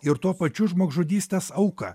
ir tuo pačiu žmogžudystės auka